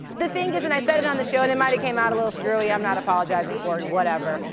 the thing is and i said it on the show and it might of came out a little screwy, i'm not apologizing for it, whatever.